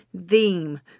theme